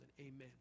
amen